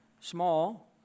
small